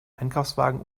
einkaufswagen